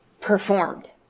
performed